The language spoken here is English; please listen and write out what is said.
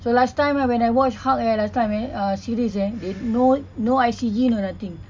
so last time when I watch hulk eh last time eh uh series eh they no no I_C_G no nothing